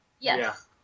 Yes